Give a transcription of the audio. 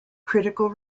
critical